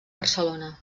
barcelona